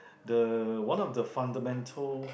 the one of the fundamental